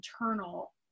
internal